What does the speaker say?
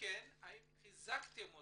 כן האם חיזקתם אותו?